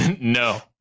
No